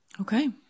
Okay